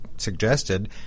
suggested